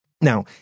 Now